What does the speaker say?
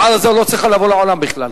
ההצעה הזאת לא צריכה לבוא לעולם בכלל.